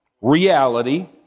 Reality